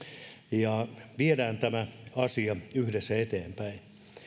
viedään tämä asia yhdessä eteenpäin